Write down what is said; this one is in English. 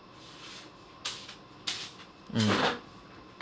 mm